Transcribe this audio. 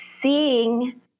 seeing